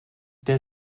der